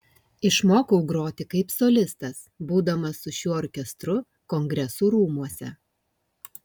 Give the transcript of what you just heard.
išmokau groti kaip solistas būdamas su šiuo orkestru kongresų rūmuose